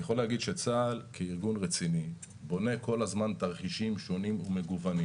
אני יכול להגיד שצה"ל כארגון רציני בונה כל הזמן תרחישים שונים ומגוונים